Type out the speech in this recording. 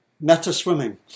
meta-swimming